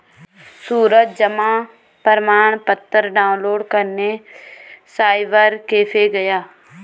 सूरज जमा प्रमाण पत्र डाउनलोड करने साइबर कैफे गया